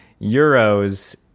euros